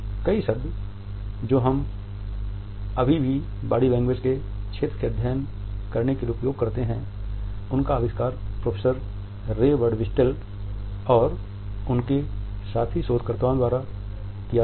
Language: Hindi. कई शब्द जो हम अभी भी बॉडी लैंग्वेज के क्षेत्र का अध्ययन करने के लिए उपयोग करते हैं उनका आविष्कार प्रोफेसर रे बर्डविस्टेल और उनके साथी शोधकर्ताओं द्वारा किया गया है